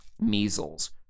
measles